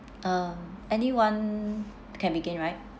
uh anyone can begin right